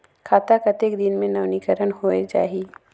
खाता कतेक दिन मे नवीनीकरण होए जाहि??